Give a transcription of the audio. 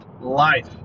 Life